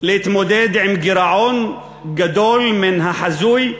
להתמודד עם גירעון גדול מן החזוי,